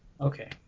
Okay